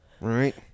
Right